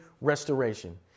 restoration